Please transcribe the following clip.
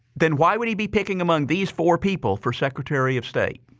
then why would he be picking among these four people for secretary of state?